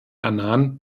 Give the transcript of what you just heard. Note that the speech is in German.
annan